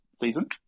season